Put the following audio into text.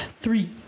three